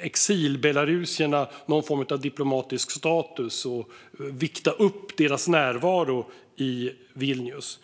exilbelarusierna någon from av diplomatisk status och vikta upp deras närvaro i Vilnius.